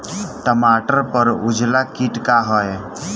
टमाटर पर उजला किट का है?